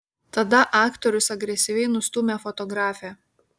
tada aktorius agresyviai nustūmė fotografę